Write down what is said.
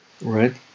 right